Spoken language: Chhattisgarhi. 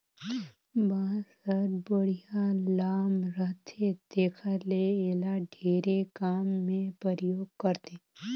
बांस हर बड़िहा लाम रहथे तेखर ले एला ढेरे काम मे परयोग करथे